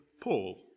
Paul